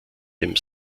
dem